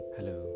Hello